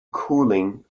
cooling